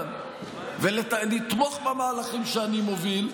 העניין ולתמוך במהלכים שאני מוביל,